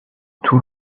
tout